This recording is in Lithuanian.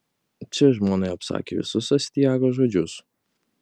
čia žmonai apsakė visus astiago žodžius